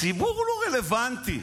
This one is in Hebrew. הציבור לא רלוונטי.